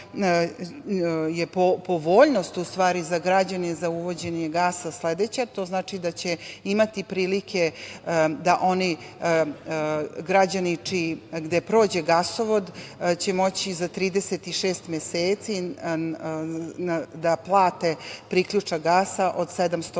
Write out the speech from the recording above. je povoljnost za građane za uvođenje gasa sledeća. To znači da će imati prilike da građani gde prođe gasovod će moći za 36 meseci da plate priključak gasa od 780 evra